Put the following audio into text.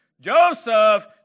Joseph